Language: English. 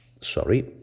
sorry